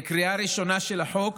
בקריאה ראשונה של החוק,